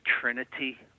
trinity